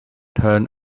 turn